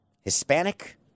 Hispanic